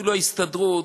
אפילו ההסתדרות.